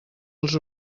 als